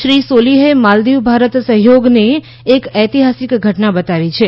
શ્રી સોલિહે માલદીવ ભારત સહયોગમાં એક ઐતિહાસિક ઘટના બતાવી છે